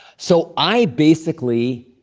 so i basically,